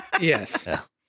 Yes